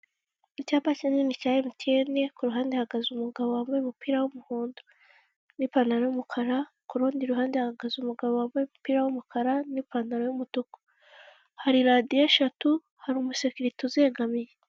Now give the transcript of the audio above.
Icyapa kinini cya MTN ku ruhande hahagaze umugabo wambaye umupira w'umuhondo n'ipantalo y'umukara, ku rundi ruhande hahagaze umugabo wambaye umupira w'umukara n'ipantalo y'umutuku, hari radiyo eshatu hari umusekirite uzegamiye.